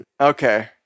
Okay